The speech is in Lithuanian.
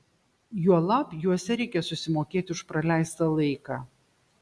juolab juose reikia susimokėti už praleistą laiką